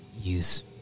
use